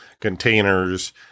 containers